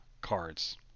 cards